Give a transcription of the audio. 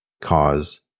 cause